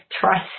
trust